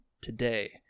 today